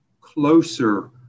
closer